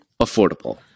affordable